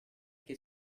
che